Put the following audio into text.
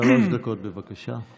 שלוש דקות, בבקשה.